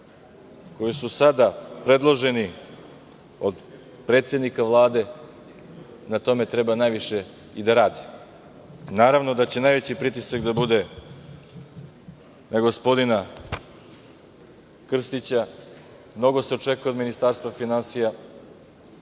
koji su sada predloženi od predsednika Vlade, na tome treba najviše i da rade. Naravno da će najveći pritisak da bude na gospodina Krstića, mnogo se očekuje od Ministarstva finansija.